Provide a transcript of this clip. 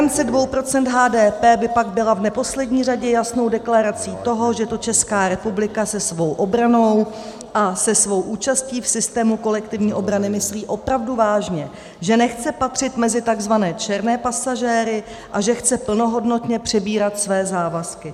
Garance 2 % HDP by pak byla v neposlední řadě jasnou deklarací toho, že to Česká republika se svou obranou a se svou účastí v systému kolektivní obrany myslí opravdu vážně, že nechce patřit mezi takzvané černé pasažéry a že chce plnohodnotně přebírat své závazky.